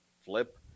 flip